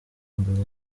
mbere